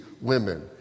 women